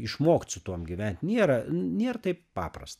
išmokt su tuom gyvent nėra nėr taip paprasta